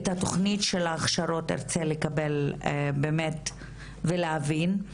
את התוכנית של ההכשרות ארצה לקבל באמת ולהבין.